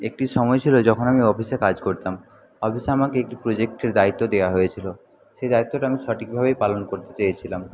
একটি সময় ছিল যখন আমি অফিসে কাজ করতাম অফিসে আমাকে একটি প্রজেক্টের দায়িত্ব দেওয়া হয়েছিলো সেই দায়িত্বটা আমি সঠিকভাবেই পালন করতে চেয়েছিলাম